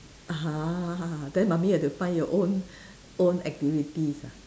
uh !huh! then mummy have to find your own own activities ah